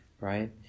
right